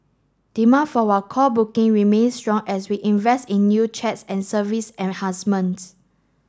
demand for our call booking remains strong as we invest in new chats and service enhancements